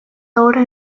ahora